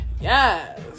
yes